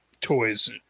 toys